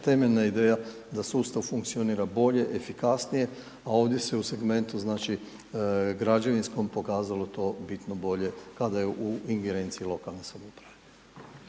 temeljna ideja da sustav funkcionira bolje, efikasnije, a ovdje se u segmentu građevinskom pokazalo to bitno bolje kada je u ingerenciji lokalne samouprave.